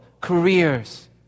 careers